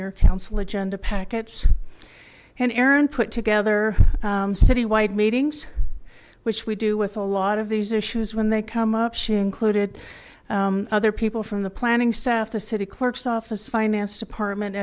your council agenda packets and aaron put together citywide meetings which we do with a lot of these issues when they come up she included other people from the planning staff the city clerk's office finance department